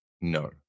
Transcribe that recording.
No